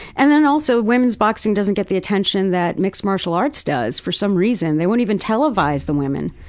and then also women's boxing doesn't get the attention that mixed martial arts does. for some reason. they won't even televise the women.